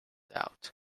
doubt